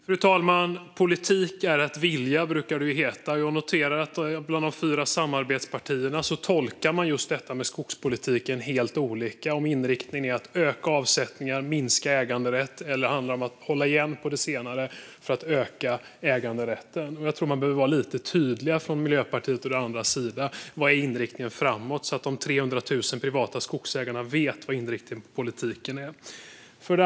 Fru talman! Politik är att vilja, brukar det heta. Jag noterar att bland de fyra samarbetspartierna tolkar man just skogspolitiken helt olika, om inriktningen är att öka avsättningar och minska äganderätt eller om det handlar om att hålla igen på det senare för att öka äganderätten. Miljöpartiet och de andra behöver vara tydliga; vad är inriktningen framåt, så att de 300 000 privata skogsägarna vet vad inriktningen på politiken är?